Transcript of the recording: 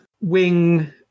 wing